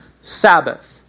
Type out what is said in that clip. Sabbath